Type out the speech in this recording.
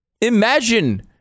Imagine